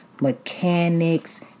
mechanics